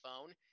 phone